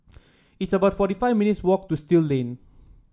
it's about fifty four minutes' walk to Still Lane